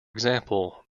example